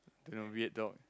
don't know weird dog